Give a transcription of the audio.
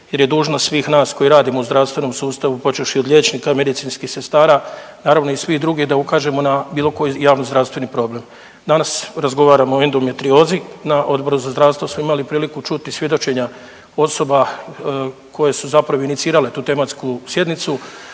jer je dužnost svih nas koji radimo u zdravstvenom sustavu počevši od liječnika, medicinskih sestara naravno i svi drugi da ukažemo na bilo koji javno-zdravstveni problem. Danas razgovaramo o endometriozi. Na Odboru za zdravstvo smo imali priliku čuti svjedočenja osoba koje su zapravo inicirale tu tematsku sjednicu